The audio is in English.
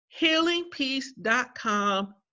healingpeace.com